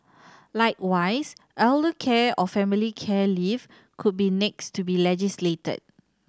likewise elder care or family care leave could be next to be legislated